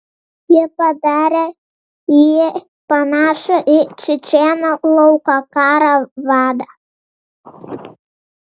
ji padarė jį panašų į čečėnų lauko karo vadą